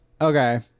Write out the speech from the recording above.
Okay